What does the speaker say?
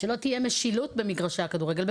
שלא תהיה משילות במגרשי הכדורגל.